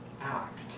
act